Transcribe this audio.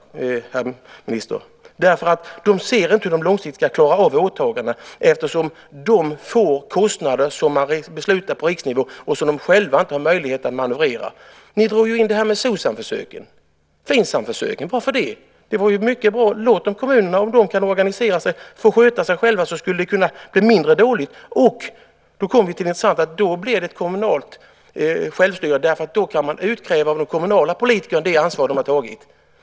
De ser inte hur de långsiktigt ska klara av åtagandena eftersom de får kostnader som är beslutade på riksnivå och som de själva inte har möjlighet att manövrera. Ni drog ju in Socsamförsöken och Finsamförsöken. Varför gjorde ni det? Låt kommunerna få sköta sig själva om de kan organisera sig. Då skulle det kunna bli mindre dåligt. Då - och det är intressant - blir det ett kommunalt självstyre. Då kan man utkräva av de kommunala politikerna det ansvar de har tagit.